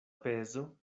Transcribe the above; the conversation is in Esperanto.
pezo